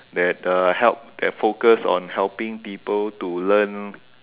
that uh help that focus on helping people to learn